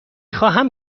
خواهم